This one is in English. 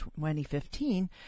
2015